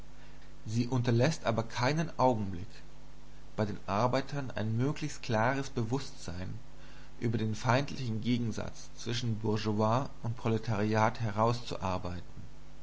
sie unterläßt aber keinen augenblick bei den arbeitern ein möglichst klares bewußtsein über den feindlichen gegensatz zwischen bourgeoisie und proletariat herauszuarbeiten